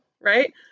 right